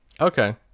Okay